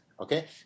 Okay